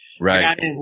Right